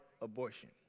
abortion